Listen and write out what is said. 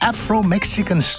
Afro-Mexican